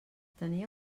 tenia